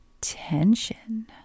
tension